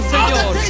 Señor